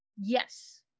Yes